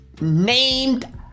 named